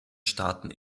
staaten